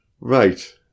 Right